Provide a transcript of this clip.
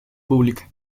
pública